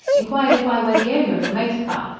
inquired if i were the owner of the motor car.